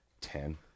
Ten